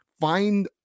find